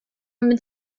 mit